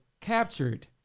captured